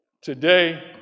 today